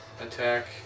attack